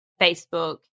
Facebook